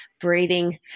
Breathing